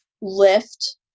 lift